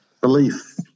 belief